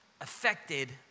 affected